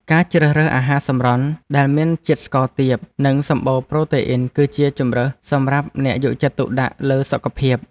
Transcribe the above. ការជ្រើសរើសអាហារសម្រន់ដែលមានជាតិស្ករទាបនិងសម្បូរប្រូតេអ៊ីនគឺជាជម្រើសសម្រាប់អ្នកយកចិត្តទុកដាក់លើសុខភាព។